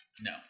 No